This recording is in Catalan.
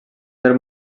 del